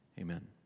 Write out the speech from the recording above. Amen